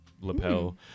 lapel